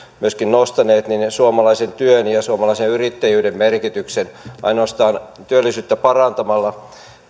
myöskin nostaneet suomalaisen työn ja suomalaisen yrittäjyyden merkityksen ainoastaan työllisyyttä parantamalla